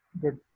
good